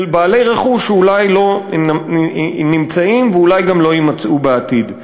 בעלי רכוש שאולי לא נמצאים ואולי גם לא יימצאו בעתיד.